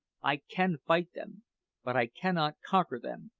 i can fight them but i cannot conquer them,